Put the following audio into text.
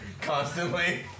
constantly